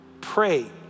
pray